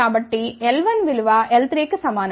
కాబట్టి L1 విలువ L3 కి సమానం